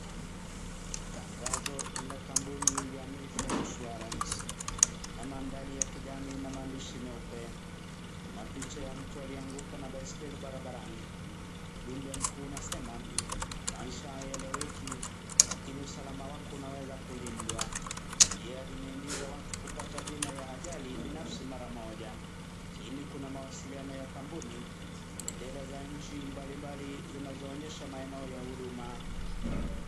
Tangazo la kampuni ya Mayfair Insurance na mandhari ya kijani na maandishi meupe. Kuna picha ya mtu aliyeanguka na baiskeli barabarani. Ujumbe mkuu unasema maisha hayaeleweki lakini usalama wako unaweza kulindwa. Pia limehimiza watu kupata bima ya ajali binafsi mara moja. Chini kuna mawasiliano ya kampuni na bendera za nchi mbalimbali zinazoonyesha maeneo ya huduma.